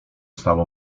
stało